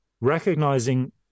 recognizing